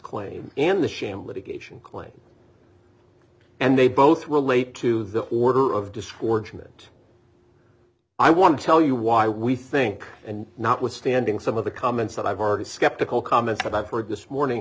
claim and the sham litigation claim and they both relate to the order of discords meant i want to tell you why we think and notwithstanding some of the comments that i've already skeptical comments i've heard this morning